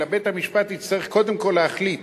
אלא בית-המשפט יצטרך קודם כול להחליט